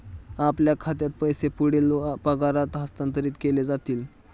आपल्या खात्यात पैसे पुढील पगारात हस्तांतरित केले जातील